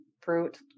fruit